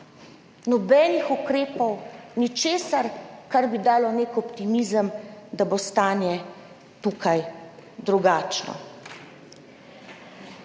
Nobenih ukrepov, ničesar, kar bi dalo nek optimizem, da bo stanje tukaj drugačno,